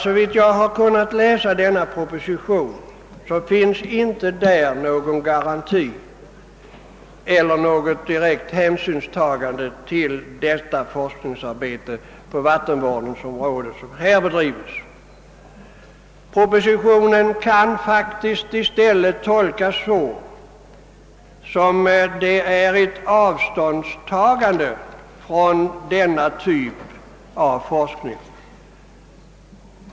Såvitt jag har kunnat finna ges i denna proposition inte någon garanti för eller tas någon direkt hänsyn till det forskningsarbete på vattenvårdens område som bedrives vid lantbrukshögskolan. Propositionen kan i stället tolkas såsom ett avståndstagande från denna typ av forskning.